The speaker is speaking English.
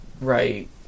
Right